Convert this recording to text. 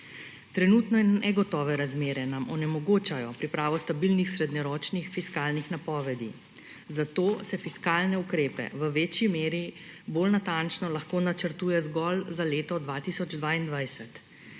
Trenutne negotove razmere nam onemogočajo pripravo stabilnih srednjeročnih fiskalnih napovedi, zato se fiskalne ukrepe v večji meri bolj natančno lahko načrtuje zgolj za leto 2022,